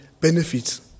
benefits